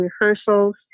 rehearsals